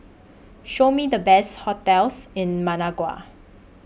Show Me The Best hotels in Managua